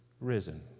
risen